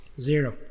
Zero